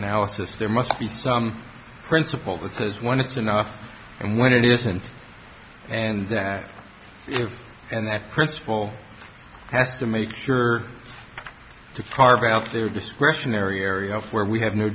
analysis there must be some principle that says when it's enough and when it isn't and that you and that principal has to make sure to carve out their discretionary area where we have no